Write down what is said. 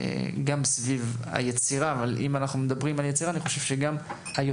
גם סביב היצירה אבל אם אנחנו מדברים על יצירה אני חושב שגם היוצר